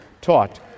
taught